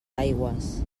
aigües